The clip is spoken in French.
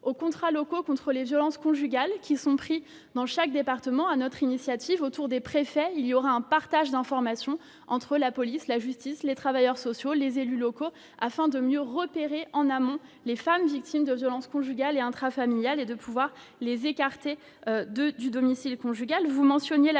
de lutte contre les violences conjugales, mis en place, dans chaque département, sur notre initiative, autour des préfets. Il y aura un partage d'informations entre la police, la justice, les travailleurs sociaux, les élus locaux, afin de mieux repérer, en amont, les femmes victimes de violences conjugales et intrafamiliales et de pouvoir les écarter du domicile conjugal.